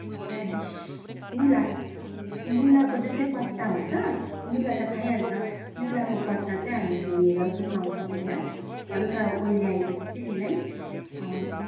radish मुला मुलाको जुन चाहिँ पत्ता हुन्छ मुला त खाइहाल्छ मुलाको पत्ता चाहिँ हामी धोएर सुकाउछौँ पहिला हल्का ओइलाए पछि चाहिँ त्यसलाई